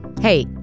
Hey